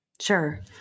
Sure